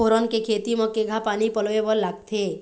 फोरन के खेती म केघा पानी पलोए बर लागथे?